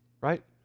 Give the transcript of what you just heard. Right